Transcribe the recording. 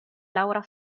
laura